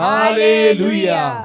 Hallelujah